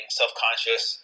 self-conscious